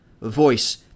voice